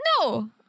No